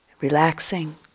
relaxing